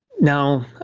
now